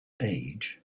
age